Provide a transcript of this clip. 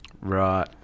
Right